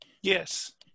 Yes